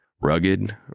Rugged